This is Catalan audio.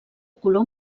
color